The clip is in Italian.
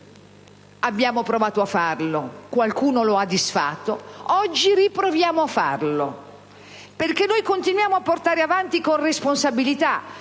abbiamo provato a farlo, qualcuno lo ha disfatto, oggi riproviamo a farlo, perché noi continuiamo a portare avanti con responsabilità